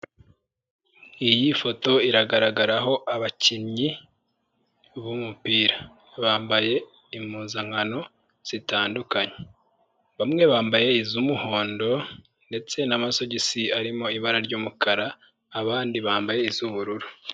Iyi foto iragaragaraho abakinnyi b'umupira bambaye impuzankano zitandukanye bamwe bambaye iz'umuhondo ndetse n'amasogisi arimo ibara ry'umukara abandi bambaye iz'ubururu.